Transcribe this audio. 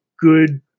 good